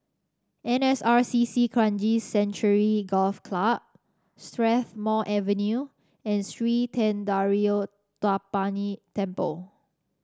N S R C C Kranji Sanctuary Golf Club Strathmore Avenue and Sri Thendayuthapani Temple